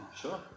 Sure